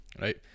right